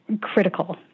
critical